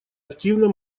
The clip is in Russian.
активно